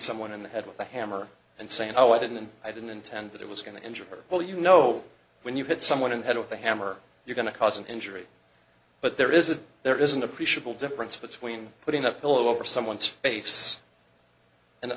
someone in the head with a hammer and saying oh i didn't i didn't intend that it was going to injure her well you know when you hit someone in the head of the hammer you're going to cause an injury but there is a there is an appreciable difference between putting a pillow over someone's face and